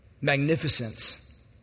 magnificence